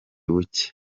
buke